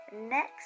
Next